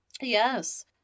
Yes